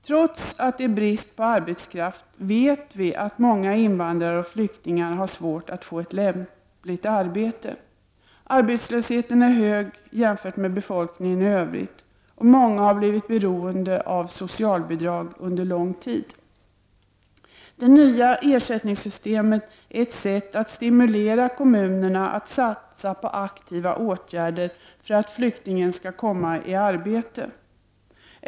Trots att det råder brist på arbetskraft vet vi att många invandrare och flyktingar har svårt att få ett lämpligt arbete. Arbetslösheten är hög jämfört med den som gäller för befolkningen i övrigt, och många har blivit beroende av socialbidrag under lång tid. Det nya ersättningssystemet är ett sätt att stimulera kommunerna att satsa på aktiva åtgärder för att flyktingen skall komma i arbete.